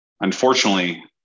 unfortunately